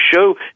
show